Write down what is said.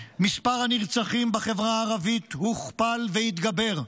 מספר הנרצחים בחברה הערבית הוכפל והתגבר,